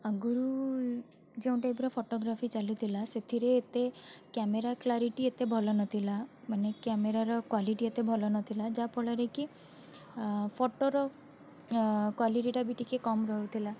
ଆଗରୁ ଯେଉଁ ଟାଇପ୍ର ଫଟୋଗ୍ରାଫୀ ଚାଲିଥିଲା ସେଥିରେ ଏତେ କ୍ୟାମେରା କ୍ଲାରିଟି ଏତେ ଭଲ ନଥିଲା ମାନେ କ୍ୟାମେରାର କ୍ୱାଲିଟି ଏତେ ଭଲନଥିଲା ଯାହା ଫଳରେକି ଫଟୋର କ୍ୱାଲିଟିଟା ବି ଟିକିଏ କମ୍ ରହୁଥିଲା